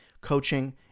Coaching